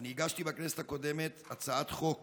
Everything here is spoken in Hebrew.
אני הגשתי בכנסת הקודמת הצעת חוק